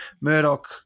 Murdoch